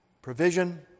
Provision